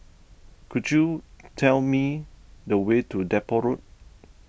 could you tell me the way to Depot Road